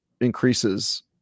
increases